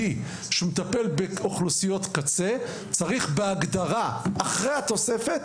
שמטפל באוכלוסיות קצה צריך בהגדרה אחרי התוספת